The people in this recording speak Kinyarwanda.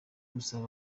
gusaba